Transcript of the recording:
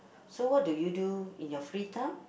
so what do you do in your free time